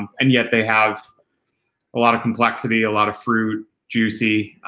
and yet they have a lot of complexity, a lot of fruit, juicy,